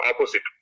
opposite